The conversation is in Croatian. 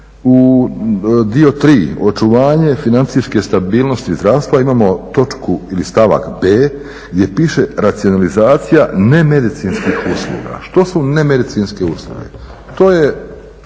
dio 3, očuvanje financijske stabilnosti zdravstva, imamo točku ili stavak b gdje piše racionalizacija nemedicinskih usluga. Što su nemedicinske usluge?